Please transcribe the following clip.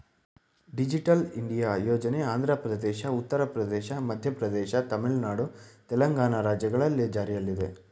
digital India ಯೋಜನೆ ಆಂಧ್ರಪ್ರದೇಶ, ಉತ್ತರ ಪ್ರದೇಶ, ಮಧ್ಯಪ್ರದೇಶ, ತಮಿಳುನಾಡು, ತೆಲಂಗಾಣ ರಾಜ್ಯಗಳಲ್ಲಿ ಜಾರಿಲ್ಲಿದೆ